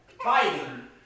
fighting